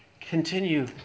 continue